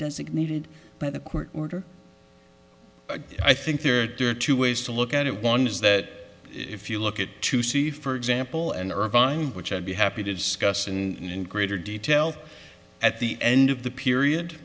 designated by the court order i think there are dirt two ways to look at it one is that if you look at to see for example and irvine which i'd be happy to discuss in greater detail at the end of the period